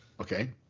okay